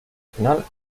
final